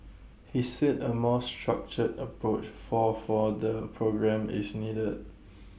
he said A more structured approach for for the programme is needed